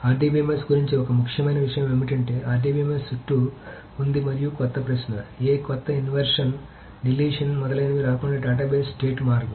కాబట్టి RDBMS గురించి ఒక ముఖ్యమైన విషయం ఏమిటంటే RDBMS చుట్టూ ఉంది మరియు కొత్త ప్రశ్న ఏ కొత్త ఇన్సెర్షన్ డేలీషన్ మొదలైనవి రాకుండా డేటాబేస్ స్టేట్ మారదు